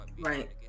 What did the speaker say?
Right